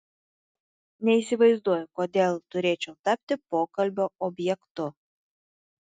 neįsivaizduoju kodėl turėčiau tapti pokalbio objektu